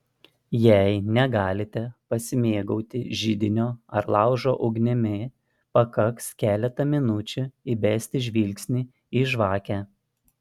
jei negalite pasimėgauti židinio ar laužo ugnimi pakaks keletą minučių įbesti žvilgsnį į žvakę